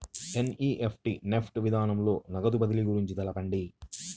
NEFT NEFT విధానంలో నగదు బదిలీ గురించి తెలుపండి?